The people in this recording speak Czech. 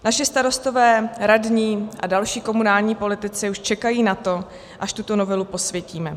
Naši starostové, radní a další komunální politici už čekají na to, až tuto novelu posvětíme.